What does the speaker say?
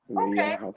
Okay